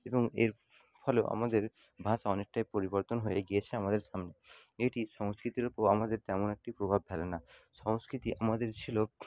এবং এর ফলেও আমাদের ভাষা অনেকটাই পরিবর্তন হয়ে গিয়েছে আমাদের সামনে এটি সংস্কৃতির উপর আমাদের তেমন একটি প্রভাব ফেলে না সংস্কৃতি আমাদের ছিল